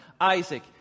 Isaac